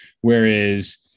Whereas